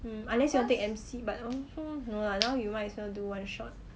unless you want take M_C but also no lah now you might as well do one shot